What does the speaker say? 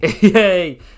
Yay